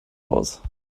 aus